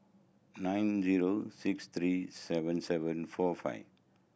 nine zero six three seven seven four five